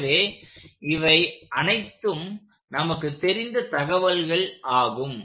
எனவே இவை அனைத்தும் நமக்குத் தெரிந்த தகவல்கள் ஆகும்